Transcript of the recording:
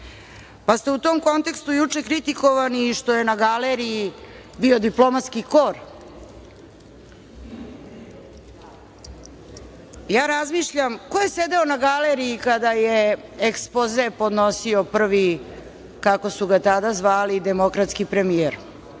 ste u tom kontekstu juče kritikovani i što je na galeriji bio diplomatski kor. Ja razmišljam ko je sedeo na galeriji kada je ekspoze podnosio prvi, kako su ga tada zvali, demokratski premijer.